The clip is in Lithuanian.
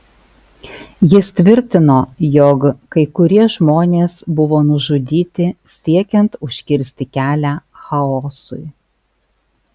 jis tvirtino jog kai kurie žmonės buvo nužudyti siekiant užkirsti kelią chaosui